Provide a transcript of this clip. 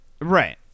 right